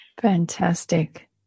Fantastic